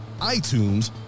iTunes